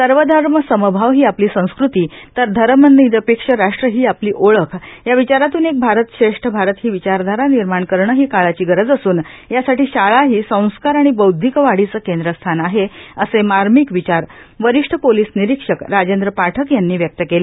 सर्वधर्मसमभाव ही आपली संस्कृती तर धर्मनिरपेक्ष राष्ट्र ही आपली ओळख या विचारातून एक भारत श्रेष्ठ भारत ही विचारधारा निर्माण करणं ही काळाची गरज असूनए त्यासाठी शाळा ही संस्कार आणि बौदधिक वाढीचं केन्द्रस्थान आहेश्वर असे मार्मिक विचार वरिष्ठ पोलीस निरीक्षक राजेन्द्र पाठक यांनी व्यक्त केले